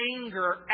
anger